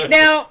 now